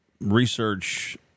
research